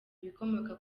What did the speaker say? ibikomoka